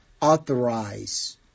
authorize